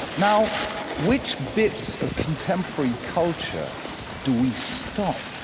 now which bits of contemporary culture do we stop